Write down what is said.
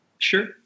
sure